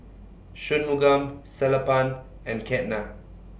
Shunmugam Sellapan and Ketna